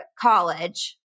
college